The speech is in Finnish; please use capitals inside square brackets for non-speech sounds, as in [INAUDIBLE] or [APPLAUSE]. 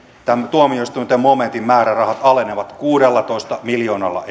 tämän tuomioistuinten momentin määrärahat alenevat kuudellatoista miljoonalla [UNINTELLIGIBLE]